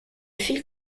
fil